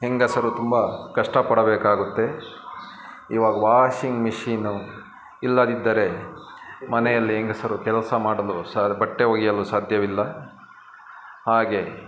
ಹೆಂಗಸರು ತುಂಬ ಕಷ್ಟಪಡಬೇಕಾಗುತ್ತೆ ಇವಾಗ ವಾಶಿಂಗ್ ಮಿಷಿನು ಇಲ್ಲದಿದ್ದರೆ ಮನೆಯಲ್ಲಿ ಹೆಂಗಸರು ಕೆಲಸ ಮಾಡಲು ಸಹ ಬಟ್ಟೆ ಒಗೆಯಲು ಸಾಧ್ಯವಿಲ್ಲ ಹಾಗೆ